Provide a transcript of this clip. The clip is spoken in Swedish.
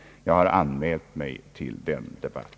Jag har anmält mig till denna debatt.